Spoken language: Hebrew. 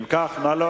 מה זה?